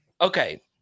Okay